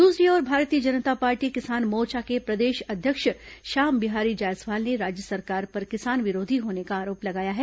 दूसरी ओर भारतीय जनता पार्टी किसान मोर्चा के प्रदेश अध्यक्ष श्याम बिहारी जायसवाल ने राज्य सरकार पर किसान विरोधी होने का आरोप लगाया है